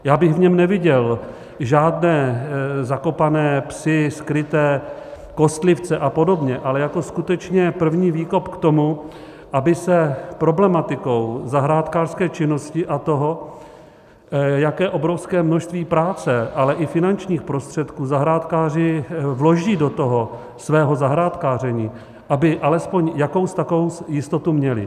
Já bych v něm neviděl žádné zakopané psy, skryté kostlivce a podobně, ale skutečně první výkop k tomu, aby se problematikou zahrádkářské činnosti a toho, jaké obrovské množství práce, ale i finančních prostředků zahrádkáři vloží do svého zahrádkaření, aby alespoň jakous takous jistotu měli.